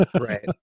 right